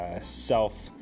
self